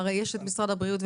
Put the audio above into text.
יש את משרד הבריאות,